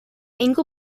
angle